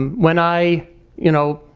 um when i you know,